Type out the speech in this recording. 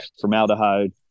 formaldehyde